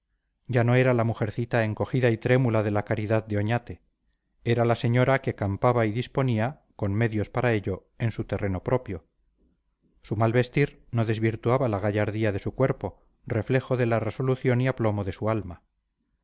ya no era la mujercita encogida y trémula de la caridad de oñate era la señora que campaba y disponía con medios para ello en su terreno propio su mal vestir no desvirtuaba la gallardía de su cuerpo reflejo de la resolución y aplomo de su alma